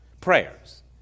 prayers